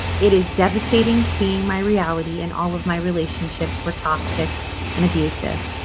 it is devastating seeing my reality and all of my relationships were toxic and abusive.